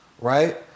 Right